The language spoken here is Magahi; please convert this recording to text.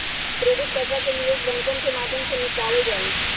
क्रेडिट पैसा के निवेश बैंकवन के माध्यम से निपटावल जाहई